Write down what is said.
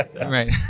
Right